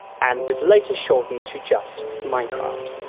and was later shortened to just minecraft.